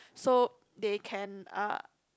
so they can uh